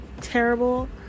terrible